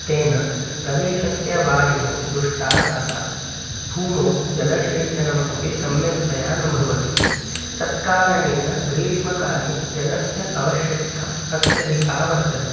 तेन प्रदेशस्य वायुः दुष्टा जाता भूमौ जलसेचनमपि सम्यक्तया न भवति तत्कारणेन ग्रीष्मकाले जलस्य अवश्यकता अत्यधिका वर्तते